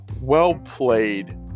well-played